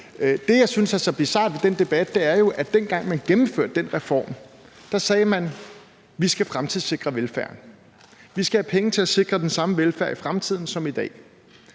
Det, jeg synes er så bizart ved den debat, er, at dengang man gennemførte den reform, sagde man: Vi skal fremtidssikre velfærden; vi skal have penge til at sikre den samme velfærd i fremtiden som i dag.